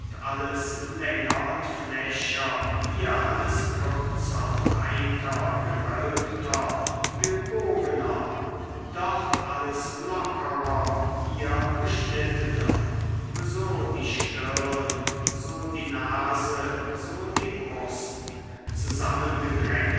alles länger und flächer hier alles kürzer breiter gewölbter gebogener dort alles lockerer hier beschnittener so die stirn so die nase so die brust zusammengedrängter